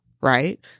right